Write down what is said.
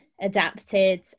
adapted